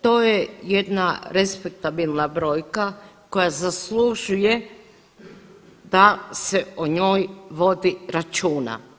To je jedna respektabilna brojka koja zaslužuje da se o njoj vodi računa.